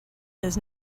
his